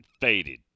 faded